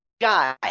guy